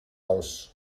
laos